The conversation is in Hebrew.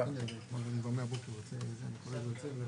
כמה זמן הוא נחשב כעולה לסל ההטבות?